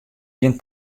gjin